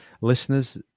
Listeners